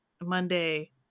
monday